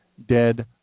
dead